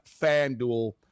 FanDuel